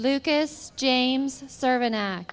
lucas james serve an a